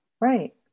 right